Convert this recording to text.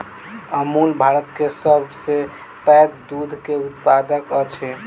अमूल भारत के सभ सॅ पैघ दूध के उत्पादक अछि